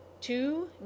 Two